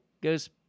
goes